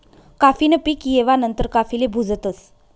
काफी न पीक येवा नंतर काफीले भुजतस